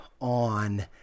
on